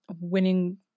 winning